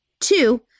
Two